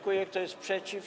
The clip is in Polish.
Kto jest przeciw?